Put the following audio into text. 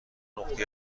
نقطه